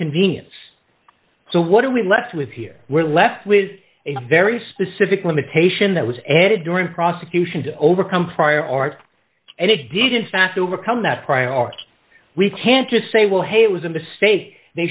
convenience so what are we left with here we're left with a very specific limitation that was added during prosecution to overcome prior art and it did in fact overcome that priority we can't just say well hey it was a mistake they